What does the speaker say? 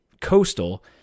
coastal